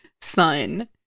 son